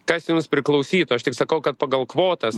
kas jums priklausytų aš tik sakau kad pagal kvotas